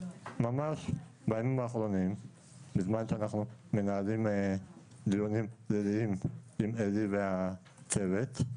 ממש בימים האחרונים בזמן שאנחנו מנהלים דיונים ליליים עם עלי והצוות,